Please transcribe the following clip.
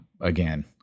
again